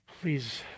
please